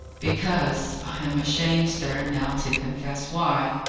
because i am ashamed, sir, now to confess why.